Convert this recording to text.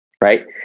Right